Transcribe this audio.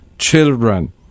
children